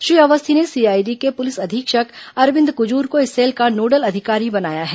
श्री अवस्थी ने सीआईडी के पुलिस अधीक्षक अरविंद कज़र को इस सेल का नोडल अधिकारी बनाया है